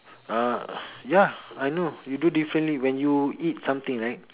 uh ya I know you do differently when you eat something right